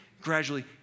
gradually